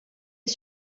est